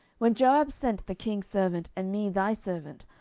when joab sent the king's servant, and me thy servant,